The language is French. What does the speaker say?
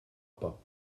pas